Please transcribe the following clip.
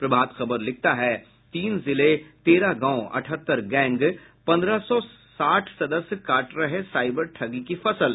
प्रभात की बड़ी खबर है तीन जिले तेरह गांव अठहत्तर गैंग पंद्रह सौ साठ सदस्य काट रहे साइबर ठगी की फसल